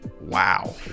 wow